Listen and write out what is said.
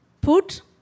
put